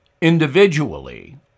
individually